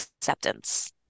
acceptance